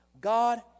God